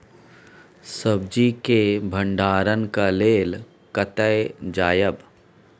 सब्जी के भंडारणक लेल कतय जायब?